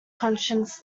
conscience